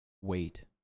wait